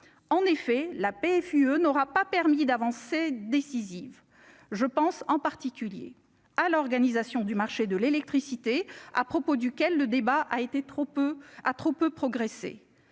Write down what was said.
en effet, la PFUE n'aura pas permis d'avancées décisives, je pense en particulier à l'organisation du marché de l'électricité à propos duquel le débat a été trop peu a trop